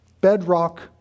bedrock